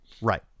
Right